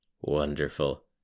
wonderful